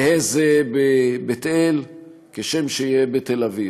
יהא זה בבית אל כשם שיהא בתל אביב.